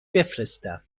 بفرستم